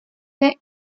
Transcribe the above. the